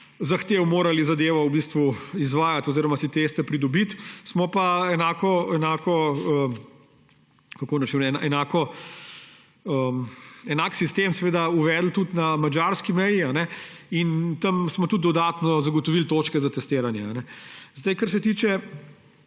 zahtev morali zadevo izvajati oziroma si teste pridobiti. Smo pa – kako naj rečem? – enak sistem uvedli tudi na madžarski meji in tam smo tudi dodatno zagotovili točke za testiranje. Kar se tiče